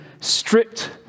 stripped